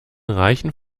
reichen